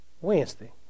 Wednesday